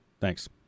Thanks